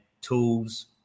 tools